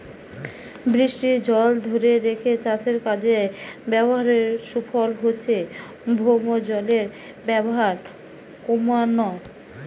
বৃষ্টির জল ধোরে রেখে চাষের কাজে ব্যাভারের সুফল হচ্ছে ভৌমজলের ব্যাভার কোমানা